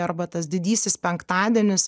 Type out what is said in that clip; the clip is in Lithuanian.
arba tas didysis penktadienis